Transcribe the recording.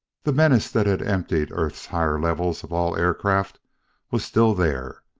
the menace that had emptied earth's higher levels of all aircraft was still there.